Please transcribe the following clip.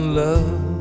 love